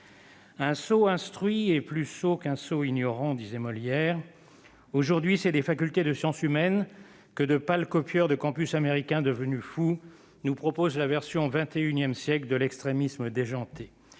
Un sot savant est plus sot qu'un sot ignorant » disait Molière. Aujourd'hui, c'est des facultés de sciences humaines que de pâles copieurs de campus américains devenus fous nous proposent la version XXI siècle de l'extrémisme déjanté.